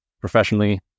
professionally